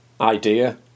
idea